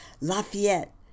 Lafayette